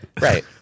Right